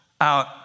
out